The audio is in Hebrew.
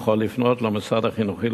יכול לפנות למוסד החינוכי,